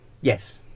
Yes